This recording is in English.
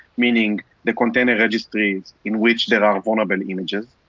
meaning the container registries in which there are vulnerable images,